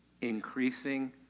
Increasing